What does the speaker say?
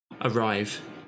arrive